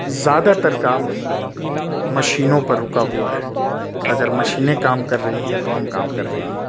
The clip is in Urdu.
زیادہ تر کام مشینوں پر رکا ہوا ہے اگر مشینیں کام کر رہی ہیں تو ہم کام کر رہے ہیں